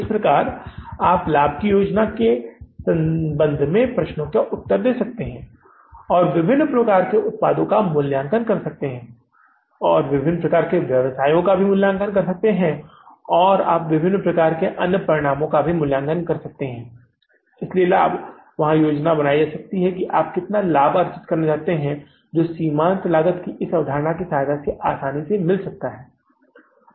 इस प्रकार आप लाभ योजना के संबंध में प्रश्नों का उत्तर दे सकते हैं और विभिन्न प्रकार के उत्पादों का मूल्यांकन कर सकते हैं आप विभिन्न प्रकार के व्यवसायों का मूल्यांकन कर सकते हैं आप विभिन्न प्रकार के अन्य परिणामों का मूल्यांकन कर सकते हैं इसलिए लाभ वहाँ योजना बनाई जा सकती है कि आप कितना लाभ अर्जित करना चाहते हैं जो सीमांत लागत की इस अवधारणा की सहायता से आसानी से मिल सकता है